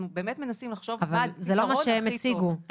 אנחנו באמת מנסים לחשוב --- זה לא מה שהם הציגו.